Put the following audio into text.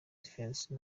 defense